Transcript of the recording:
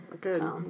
good